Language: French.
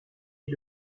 est